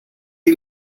die